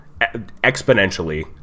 exponentially